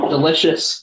Delicious